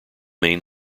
main